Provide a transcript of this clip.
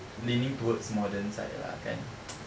leaning towards modern side lah kan